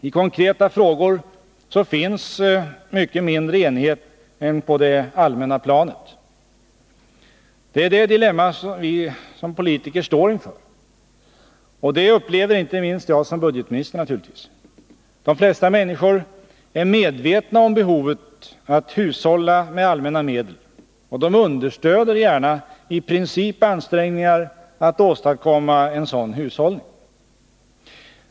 I konkreta frågor finns mycket mindre enighet än på det allmänna planet. Det är det dilemma vi som politiker står inför. Och det upplever naturligtvis inte minst jag som budgetminister. De flesta människor är medvetna om behovet att hushålla med allmänna medel, och de understöder gärna i princip ansträngningar att åstadkomma en sådan hushållning.